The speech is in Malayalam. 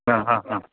ആ അ അ